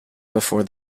before